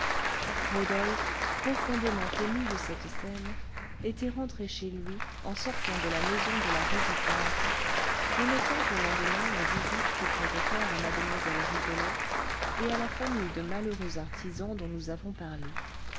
rodolphe profondément ému de cette scène était rentré chez lui en sortant de la maison de la rue du temple remettant au lendemain la visite qu'il comptait faire à mlle rigolette et à la famille de malheureux artisans dont nous avons parlé